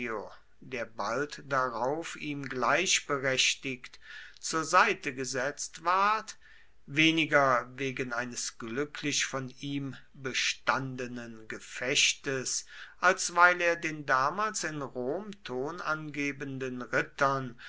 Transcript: der bald darauf ihm gleichberechtigt zur seite gesetzt ward weniger wegen eines glücklich von ihm bestandenen gefechtes als weil er den damals in rom tonangebenden rittern